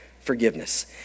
forgiveness